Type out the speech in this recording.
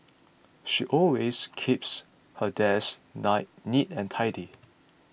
she always keeps her desk nine neat and tidy